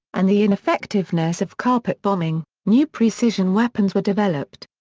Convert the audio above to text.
and the ineffectiveness of carpet bombing, new precision weapons were developed.